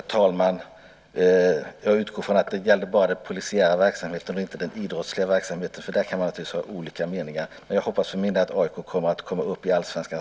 Herr talman! Jag utgår från att det gäller bara den polisiära verksamheten - inte den idrottsliga verksamheten, för där kan man naturligtvis ha olika meningar. För egen del hoppas jag att AIK snart kommer upp i allsvenskan.